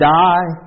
die